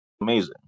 amazing